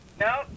No